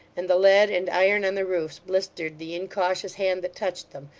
and the lead and iron on the roofs blistered the incautious hand that touched them,